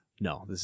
No